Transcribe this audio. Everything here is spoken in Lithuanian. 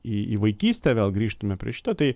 į į vaikystę vėl grįžtume prie šito tai